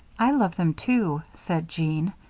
i love them, too, said jean,